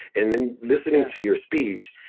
and then listening to your speech,